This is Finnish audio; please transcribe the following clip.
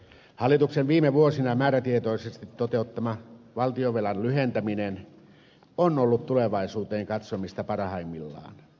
hallituksen viime vuosina määrätietoisesti toteuttama valtionvelan lyhentäminen on ollut tulevaisuuteen katsomista parhaimmillaan